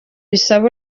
bisaba